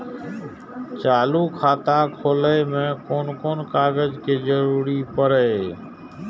चालु खाता खोलय में कोन कोन कागज के जरूरी परैय?